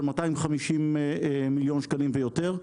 של 250 מיליון שקלים ויותר.